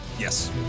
Yes